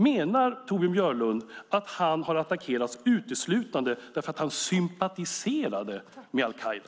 Menar Torbjörn Björlund att han har attackerats uteslutande därför att han "sympatiserade" med al-Qaida?